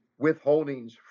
withholdings